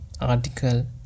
article